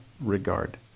regard